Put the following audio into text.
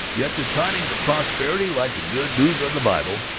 yet the tidings of prosperity, like the good news of the bible,